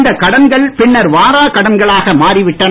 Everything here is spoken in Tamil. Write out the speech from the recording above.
இந்த கடன்கள் பின்னர் வாராக் கடன்களாக மாறிவிட்டன